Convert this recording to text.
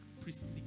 priestly